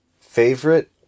Favorite